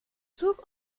zug